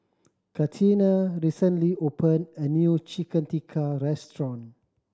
Catina recently opened a new Chicken Tikka restaurant